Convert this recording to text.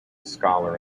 scholar